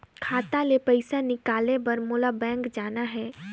खाता ले पइसा निकाले बर मोला बैंक जाना हे?